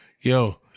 Yo